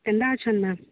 କେନ୍ତା ଅଛନ୍ ମ୍ୟାଡ଼ାମ୍